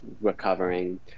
recovering